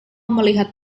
melihat